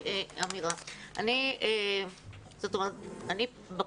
אני בכנסת מהכנסת ה-21,